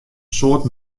soad